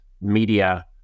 media